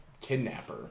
kidnapper